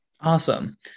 Awesome